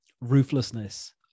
ruthlessness